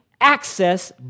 access